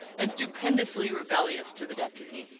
and stupendously rebellious to the deputy.